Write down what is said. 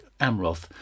Amroth